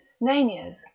nanias